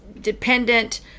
dependent